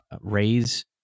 raise